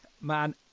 Man